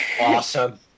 Awesome